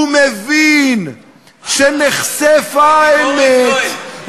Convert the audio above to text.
הוא מבין שנחשפה האמת.